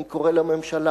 אני קורא לממשלה,